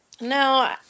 No